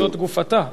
זאת גופתה?